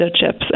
chips